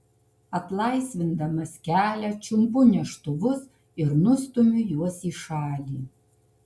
atlaisvindamas kelią čiumpu neštuvus ir nustumiu juos į šalį